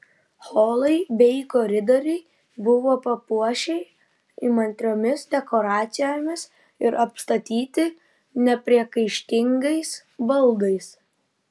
holai bei koridoriai buvo papuošei įmantriomis dekoracijomis ir apstatyti nepriekaištingais baldais